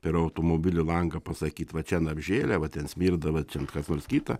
per automobilių langą pasakyt va čian apžėlę va ten smirda va čian kas nors kita